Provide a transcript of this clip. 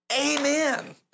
Amen